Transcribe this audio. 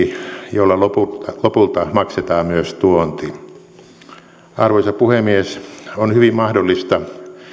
jolla lopulta maksetaan myös tuonti arvoisa puhemies on hyvin mahdollista